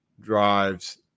drives